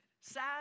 Sad